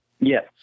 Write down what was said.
Yes